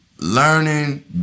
learning